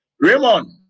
Raymond